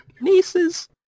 nieces